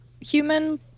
human